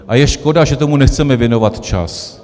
A je škoda, že tomu nechceme věnovat čas.